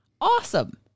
Awesome